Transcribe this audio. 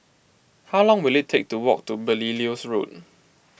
how long will it take to walk to Belilios Road